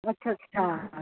अथस हा हा